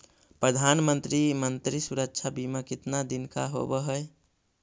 प्रधानमंत्री मंत्री सुरक्षा बिमा कितना दिन का होबय है?